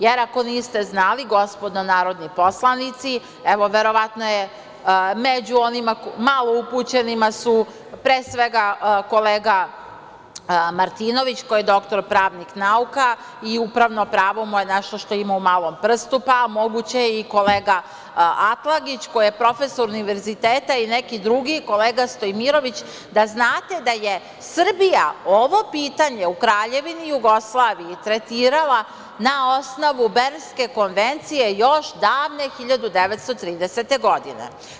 Jer, ako niste znali, gospodo narodni poslanici, među malo upućenima su pre svega kolega Martinović, koji je doktor pravnih nauka i upravno pravo mu je nešto što ima u malom prstu, pa moguće je i kolega Atlagić, koji je profesor Univerziteta, i neki drugi, kolega Stojmirović, da znate da je Srbija ovo pitanje u Kraljevini Jugoslaviji tretirala na osnovu Berlinske konvencije još davne 1930. godine.